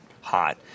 hot